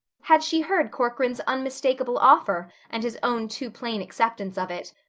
had she heard corcoran's unmistakable offer and his own too plain acceptance of it?